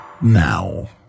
now